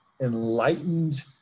enlightened